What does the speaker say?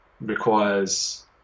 requires